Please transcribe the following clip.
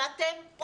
באתם,